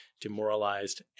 demoralized